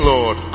Lord